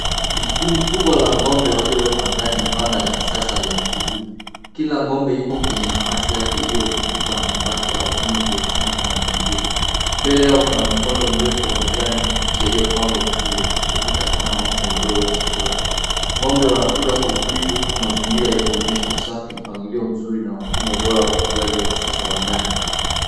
Ni kundi kubwa la ng'ombe waliowekwa ndani ya banda la kisasa lenye kivuli. Kila ng'ombe yuko kwenye nafasi yake iliyozungukwa na mabati au vyuma vya chuma kwa mpangilio. Mbele yao kuna mkondo mrefu wa majani mabichi yaliopangwa vizuri yakitiririka kama mto mdogo wa chakula. Ng'ombe wanakula kwa utulivu huku mazingira yakaonyesha usafi, mpangilio mzuri na mfumo bora ya ufugaji wa kisasa wa ndani.